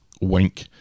Wink